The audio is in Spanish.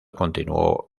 continuó